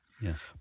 Yes